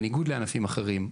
בניגוד לענפים אחרים,